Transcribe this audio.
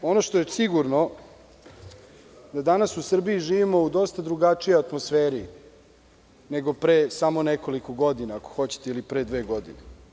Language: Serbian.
Ono što je sigurno je da danas u Srbiji živimo u dosta drugačijoj atmosferi nego pre samo nekoliko godina ili pre dve godine.